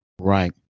right